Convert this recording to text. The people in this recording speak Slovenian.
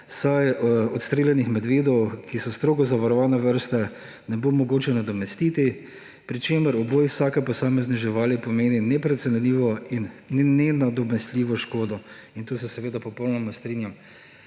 saj odstreljenih medvedov, ki so strogo zavarovana vrsta, ne bo mogoče nadomestiti, pri čemer uboj vsake posamezne živali pomeni neprecenljivo in nenadomestljivo škodo. In tukaj se popolnoma strinjam.